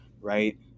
right